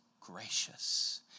gracious